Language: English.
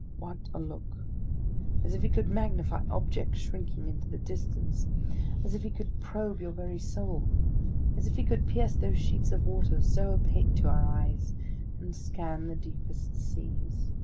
what a look as if he could magnify objects shrinking into the distance as if he could probe your very soul as if he could pierce those sheets of water so opaque to our eyes and scan the deepest seas!